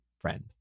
friend